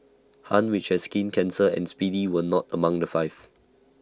han which had skin cancer and speedy were not among the five